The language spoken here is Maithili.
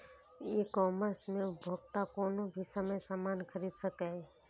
ई कॉमर्स मे उपभोक्ता कोनो भी समय सामान खरीद सकैए